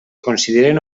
consideren